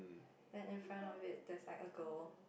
then in front of it there's like a girl